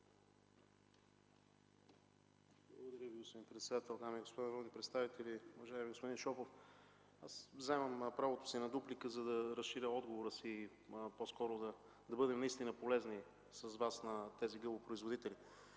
Благодаря Ви, господин председател. Дами и господа народни представители! Уважаеми господин Шопов, вземам правото си на дуплика, за да разширя отговора си и по-скоро да бъдем наистина полезни на гъбопроизводителите.